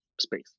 space